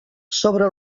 sobre